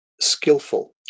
skillful